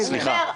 אומר: